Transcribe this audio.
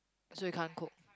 so you can't cook